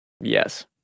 Yes